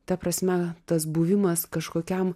ta prasme tas buvimas kažkokiam